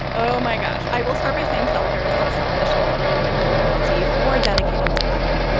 oh, my gosh. i will start by saying self-care is not selfish. a lot of people feel guilty for dedicating time. yeah.